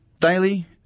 daily